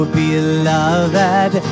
beloved